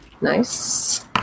nice